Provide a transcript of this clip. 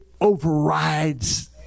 overrides